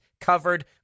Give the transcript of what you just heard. covered